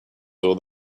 saw